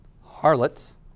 Harlots